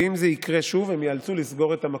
ואם זה יקרה שוב, הם ייאלצו לסגור את המקום.